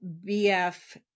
bf